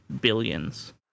billions